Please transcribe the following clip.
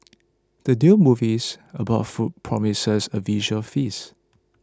the new movies about food promises a visual feast